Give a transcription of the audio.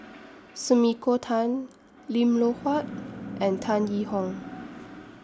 Sumiko Tan Lim Loh Huat and Tan Yee Hong